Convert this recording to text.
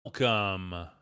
Welcome